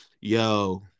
yo